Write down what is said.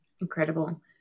Incredible